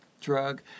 drug